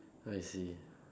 I see